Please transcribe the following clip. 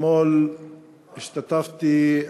אתמול השתתפתי,